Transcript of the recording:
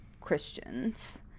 christians